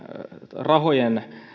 rahojen